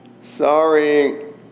Sorry